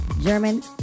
German